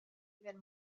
even